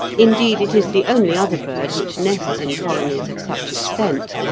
indeed it is the only other bird which nests in colonies of such extent,